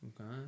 Okay